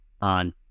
on